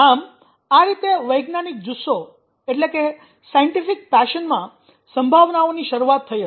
આમ આ રીતે વૈજ્ઞાનિક જુસ્સા માં સંભાવનાઓની શરૂઆત થઈ હતી